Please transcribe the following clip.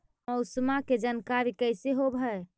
मौसमा के जानकारी कैसे होब है?